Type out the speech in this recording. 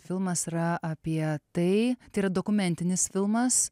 filmas yra apie tai tai yra dokumentinis filmas